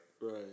Right